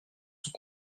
sont